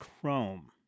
chrome